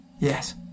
Yes